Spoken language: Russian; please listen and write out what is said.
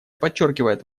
подчеркивает